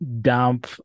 dump